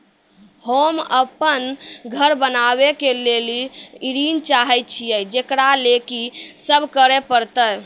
होम अपन घर बनाबै के लेल ऋण चाहे छिये, जेकरा लेल कि सब करें परतै?